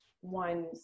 one